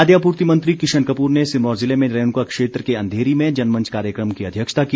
खाद्य आपूर्ति मंत्री किशन कपूर ने सिरमौर ज़िले में रेणुका क्षेत्र के अंधेरी में जनमंच कार्यक्रम की अध्यक्षता की